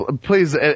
please